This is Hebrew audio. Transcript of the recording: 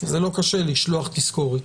זה לא קשר לשלוח תזכורת.